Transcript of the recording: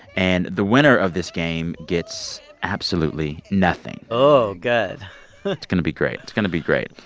and the winner of this game gets absolutely nothing oh, good it's going to be great. it's going to be great.